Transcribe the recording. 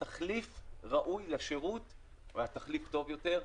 תחליף ראוי לשירות או תחליף טוב יותר.